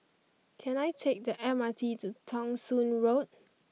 can I take the M R T to Thong Soon Road